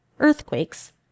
earthquakes